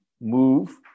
move